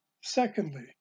Secondly